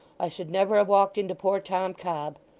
i should never have walked into poor tom cobb.